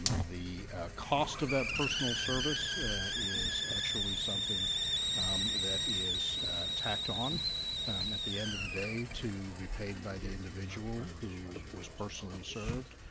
the cost of that personal service is actually something that is tacked on um at the end of the day to be paid by the individual who was personally served.